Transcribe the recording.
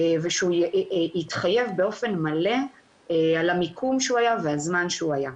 ושהוא יתחייב באופן מלא על המיקום והזמן שהוא היה.